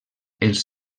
els